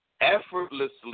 effortlessly